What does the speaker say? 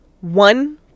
one